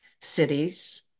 cities